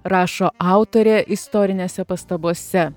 rašo autorė istorinėse pastabose